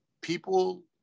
People –